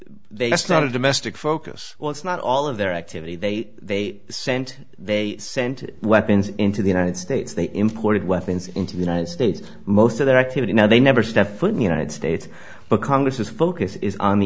they started to mystic focus was not all of their activity they they sent they sent weapons into the united states they imported weapons into the united states most of their activity now they never step foot in the united states but congress is focus is on the